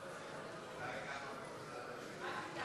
חברי חברי הכנסת,